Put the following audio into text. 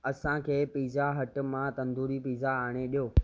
असांखे pizza hut मां tandoori pizza आणे ॾियो